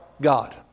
God